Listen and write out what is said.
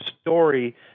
story